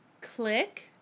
click